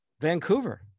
Vancouver